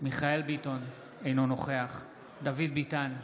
מיכאל מרדכי ביטון, אינו נוכח דוד ביטן,